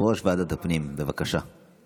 יושב-ראש ועדת הפנים, בבקשה.